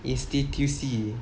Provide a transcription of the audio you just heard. institusi